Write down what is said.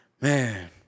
man